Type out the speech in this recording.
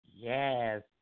Yes